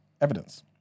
evidence